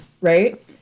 Right